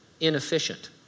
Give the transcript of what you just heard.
inefficient